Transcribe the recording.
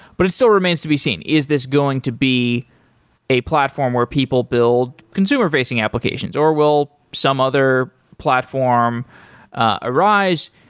but it still remains to be seen. is this going to be a platform where people build consumer-facing applications, or will some other platform ah arise?